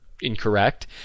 incorrect